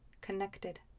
connected